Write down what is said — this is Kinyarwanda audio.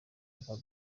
yvan